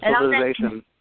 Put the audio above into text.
civilization